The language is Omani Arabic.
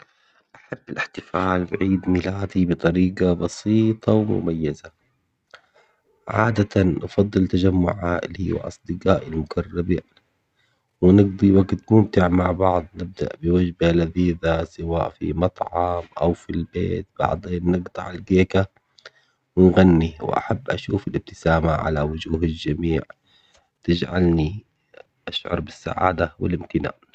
أحب الاحتفال بعيد ميلادي بطريقة بسيطة ومميزة، عادةً أفضل تجمع عائلي وأصدقائي المقربين ونقضي وقت ممتع مع بعض نبدأ بوجبة لذيذة سواء في مطعم أو في البيت، بعدين نقطع الكيكة ونغني وأحب أشوف الابتسامة على وجوه الجميع تجعلني أشعر بالسعادة والامتنان.